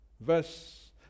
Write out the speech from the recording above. verse